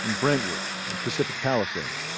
and brentwood, and pacific palisades.